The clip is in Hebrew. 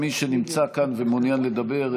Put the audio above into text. מי שנמצא כאן ומעוניין לדבר,